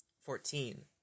Fourteen